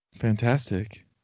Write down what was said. Fantastic